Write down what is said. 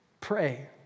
pray